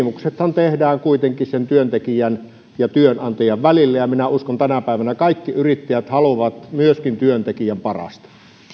suuntainen sopimuksethan tehdään kuitenkin sen työntekijän ja työnantajan välillä ja minä uskon että kaikki yrittäjät tänä päivänä haluavat myöskin työntekijän parasta